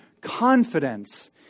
confidence